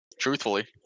Truthfully